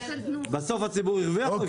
בסוף הציבור הרוויח או הפסיד?